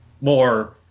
more